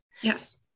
Yes